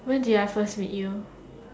when did I first meet you